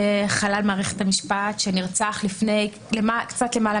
חלל מערכת המשפט שנרצח לפני קצת למעלה